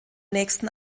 nächsten